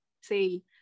See